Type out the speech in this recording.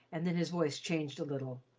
and then his voice changed a little,